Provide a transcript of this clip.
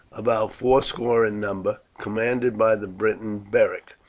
about fourscore in number, commanded by the briton beric,